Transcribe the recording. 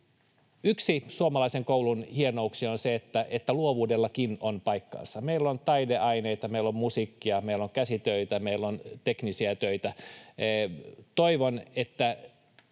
Yksi suomalaisen koulun hienouksia on se, että luovuudellakin on paikkansa. Meillä on taideaineita, meillä on musiikkia, meillä on käsitöitä, meillä on teknisiä töitä. Toivon, että